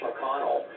McConnell